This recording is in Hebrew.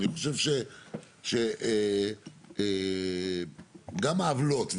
אני חושב שגם העוולות,